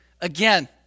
again